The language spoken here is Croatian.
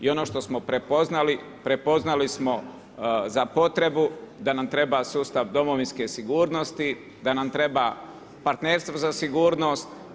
I ono što smo prepoznali, prepoznali smo za potrebu da nam treba sustav domovinske sigurnosti, da nam treba partnerstvo za sigurnost.